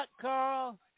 Carl